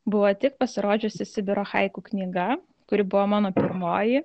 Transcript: buvo tik pasirodžiusi sibiro haiku knyga kuri buvo mano pirmoji